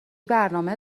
برنامه